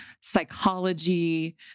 psychology